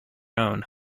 own